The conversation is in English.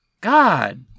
God